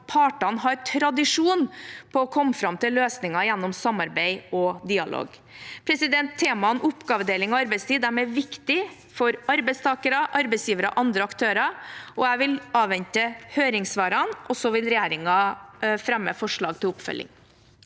at partene har tradisjon for å komme fram til løsninger gjennom samarbeid og dialog. Temaene oppgavedeling og arbeidstid er viktige for arbeidstakere, arbeidsgivere og andre aktører. Jeg vil avvente høringssvarene, og så vil regjeringen fremme forslag til oppfølging.